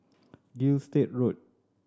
Gilstead Road